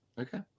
okay